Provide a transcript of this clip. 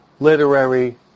literary